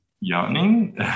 yawning